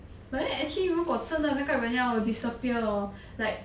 but actually 如果真的那个人要 disappear hor like